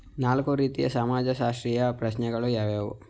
ನಾಲ್ಕು ರೀತಿಯ ಸಮಾಜಶಾಸ್ತ್ರೀಯ ಪ್ರಶ್ನೆಗಳು ಯಾವುವು?